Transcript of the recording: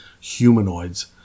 humanoids